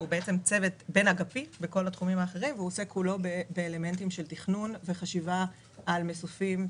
שזה צוות בין אגפי שעוסק באלמנטים של תכנון וחשיבה על מסופים,